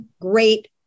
great